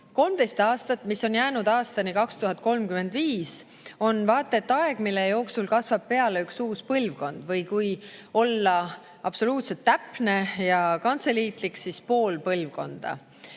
13 aastat, mis on jäänud aastani 2035, on vaata et aeg, mille jooksul kasvab peale üks uus põlvkond, või kui olla absoluutselt täpne ja kantseliitlik, siis pool põlvkonda.